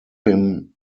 him